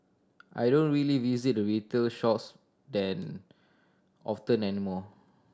I don't really visit the retail shops than often anymore